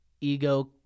ego